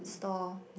stall